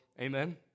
Amen